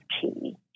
key